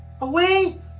away